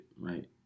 right